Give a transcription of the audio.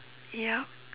ya